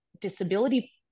disability